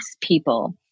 people